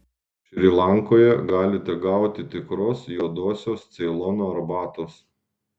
šri lankoje galite gauti tikros juodosios ceilono arbatos